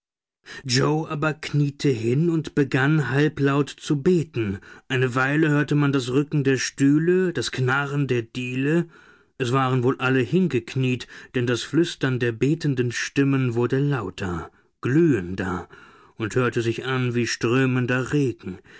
yoe aber kniete hin und begann halblaut zu beten eine weile hörte man das rücken der stühle das knarren der diele es waren wohl alle hingekniet denn das flüstern der betenden stimmen wurde lauter glühender und hörte sich an wie strömender regen